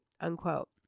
unquote